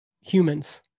humans